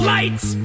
Lights